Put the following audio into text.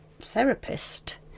therapist